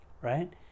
right